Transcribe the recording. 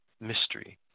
mystery